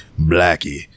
blackie